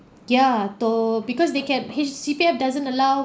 ya though because they can H C_P_F doesn't allow